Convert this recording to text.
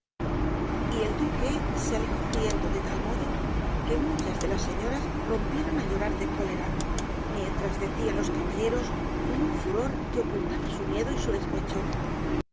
y el duque se alejó riéndose de tal modo que muchas de las señoras rompieron á llorar de cólera mientras decían los caballeros con un furor que ocultaba su miedo y su despecho